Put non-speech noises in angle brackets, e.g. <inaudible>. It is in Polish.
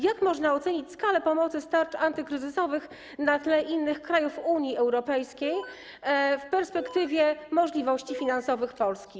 Jak można ocenić skalę pomocy z tarcz antykryzysowych na tle innych krajów Unii Europejskiej w perspektywie <noise> możliwości finansowych Polski?